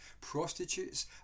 prostitutes